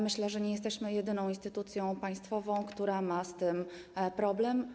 Myślę, że nie jesteśmy jedyną instytucją państwową, która ma z tym problem.